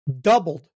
doubled